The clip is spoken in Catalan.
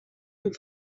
amb